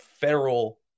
federal